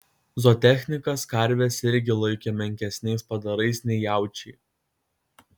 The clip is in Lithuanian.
zootechnikas karves irgi laikė menkesniais padarais nei jaučiai